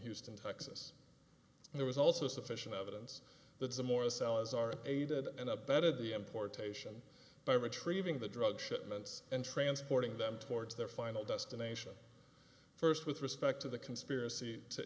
houston texas there was also sufficient evidence that the more salazar aided and abetted the importation by retrieving the drug shipments and transporting them towards their final destination first with respect to the conspiracy to